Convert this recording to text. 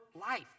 life